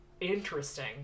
interesting